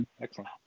Excellent